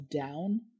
down